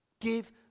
Give